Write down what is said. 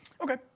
Okay